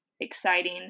exciting